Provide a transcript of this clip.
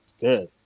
Good